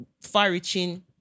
far-reaching